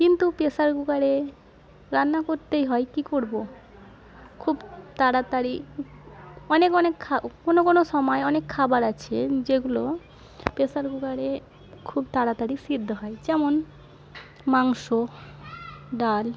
কিন্তু প্রেসার কুকারে রান্না করতেই হয় কি করবো খুব তাড়াতাড়ি অনেক অনেক খা কোনো কোনো সময় অনেক খাবার আছে যেগুলো প্রেসার কুকারে খুব তাড়াতাড়ি সেদ্ধ হয় যেমন মাংস ডাল